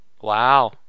Wow